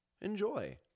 Enjoy